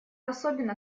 особенно